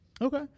Okay